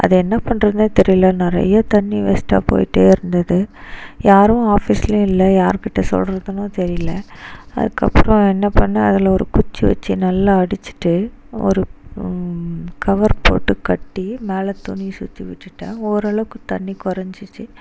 அதை என்ன பண்ணுறதுன்னே தெரியலை நிறைய தண்ணீ வேஸ்ட்டாக போயிட்டே இருந்தது யாரும் ஆஃபிஸ்லேயும் இல்லை யார்கிட்ட சொல்கிறதுன்னும் தெரியலை அதுக்கப்புறம் என்ன பண்ணிணேன் அதில் ஒரு குச்சி வச்சு நல்லா அடிச்சுட்டு ஒரு கவர் போட்டு கட்டி மேலே துணி சுற்றி விட்டுவிட்டேன் ஓரளவுக்கு தண்ணீ குறஞ்சிடுச்சு